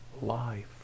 life